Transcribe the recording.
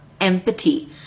empathy